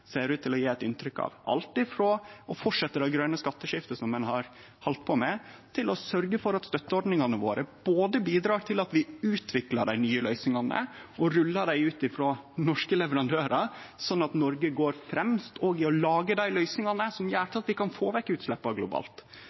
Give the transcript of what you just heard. ser ut til å gje eit inntrykk av – alt frå å fortsetje det grøne skatteskiftet som ein har halde på med, til å sørgje for at støtteordningane våre både bidreg til at vi utviklar dei nye løysingane og rullar dei ut frå norske leverandørar, sånn at Noreg går fremst òg i å lage dei løysingane som gjer at vi kan få vekk utsleppa globalt.